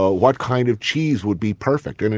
ah what kind of cheese would be perfect? and